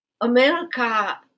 America